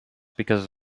because